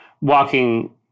walking